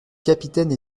capitaine